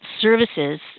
services